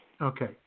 Okay